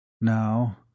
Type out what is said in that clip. Now